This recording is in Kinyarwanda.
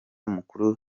mukuru